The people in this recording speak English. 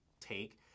take